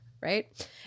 right